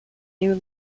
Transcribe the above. new